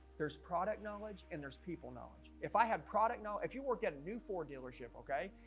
there's product knowledge and there's people knowledge if i had product know if you work at a new ford dealership okay,